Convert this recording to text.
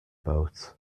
boat